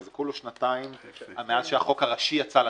הרי זה בסך הכול שנתיים מאז שהחוק הראשי יצא לדרך,